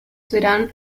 serán